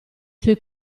suoi